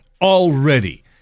already